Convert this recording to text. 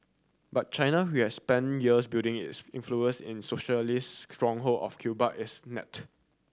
but China who has spent years building its influence in socialist stronghold of Cuba is net